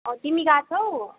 अँ तिमी गएका छौ